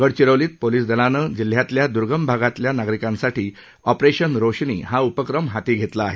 गडचिरोलीत पोलिस दलानं जिल्ह्यातल्या दर्गम भागातील नागरिकांसाठी ऑपरेशन रोशनी हा उपक्रम हाती घेतला आहे